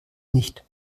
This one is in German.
nicht